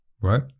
right